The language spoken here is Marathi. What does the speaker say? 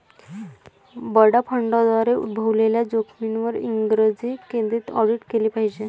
बडा फंडांद्वारे उद्भवलेल्या जोखमींवर इंग्रजी केंद्रित ऑडिट केले पाहिजे